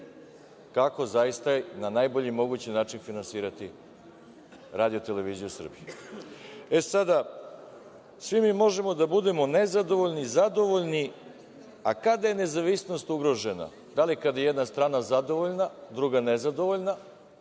kako zaista, na najbolji mogući način finansirati RTS. E, sada svi mi možemo da budemo nezadovoljni, zadovoljni, a kada je nezavisnost ugrožena? Da li kada je jedna strana zadovoljna, druga nezadovoljna